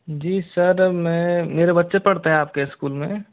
जी sir में मेरे बच्चे पढ़ते है आपके स्कूल में